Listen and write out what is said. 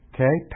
Okay